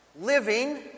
living